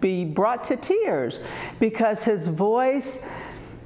be brought to tears because his voice